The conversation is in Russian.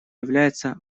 является